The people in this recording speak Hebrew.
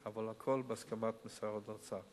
אבל הכול בהסכמת משרד האוצר.